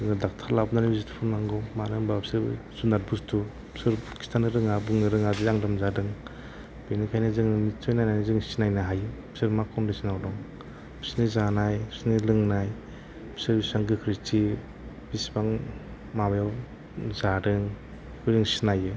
जोङो डाक्टार लाबोनानै बिजि थुहोनांगौ मानो होनबा बिसोरो जुनाद बुसथु बिसोरो खिथानो रोङा बुंनो रोङा दि आं लोमजादों बिनिखायनो जों निथसय नायनानै सिनायनो हायो बिसोर मा कण्डिसनाव दं बिसिनि जानाय बिसिनि लोंनाय बिसोर बिसिबां गोख्रैथि बिसिबां माबायाव जादों बेखौ जों सिनायो